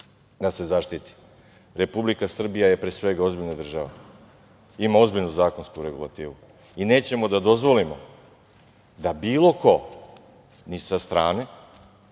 da se zaštiti. Republika Srbija je pre svega ozbiljna država, ima ozbiljnu zakonsku regulativu i nećemo da dozvolimo da bilo ko ni sa strane,